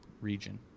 region